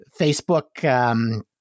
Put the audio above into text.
Facebook